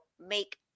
make